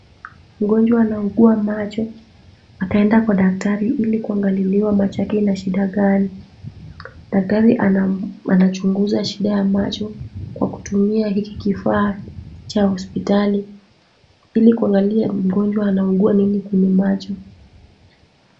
Mgonjwa anaugua macho. Ataenda kwa daktari ili kuangaliliwa macho yake ina shida gani. Daktari anachunguza shida ya macho kwa kutumia hiki kifaa cha hospitali ili kuangalia mgonjwa anaugua nini kwenye macho.